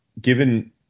given